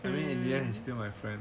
I mean in the end he still my friend lah